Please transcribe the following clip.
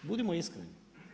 Budimo iskreni.